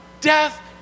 death